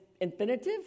infinitive